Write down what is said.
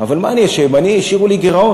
אבל מה אני אשם, השאירו לי גירעון,